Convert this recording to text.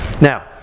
Now